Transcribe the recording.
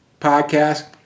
podcast